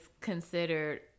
considered